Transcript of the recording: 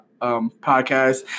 podcast